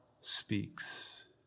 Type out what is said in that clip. speaks